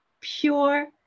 pure